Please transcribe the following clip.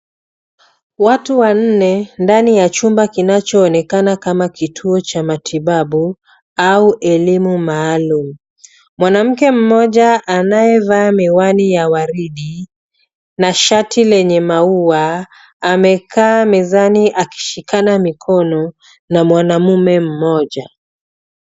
Watu wanne, ndani ya chumba kinachoonekana kama kituo cha matibabu au elimu maalum. Mwanamke mmoja anayevaa miwani ya waridi na shati lenye maua, amekaa mezani akishikana mikono na mwanaume mmoja.